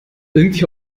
irgendwie